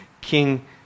king